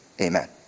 Amen